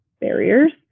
barriers